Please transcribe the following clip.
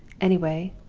anyway,